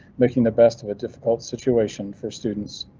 making the best of a difficult situation for students,